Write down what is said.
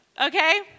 Okay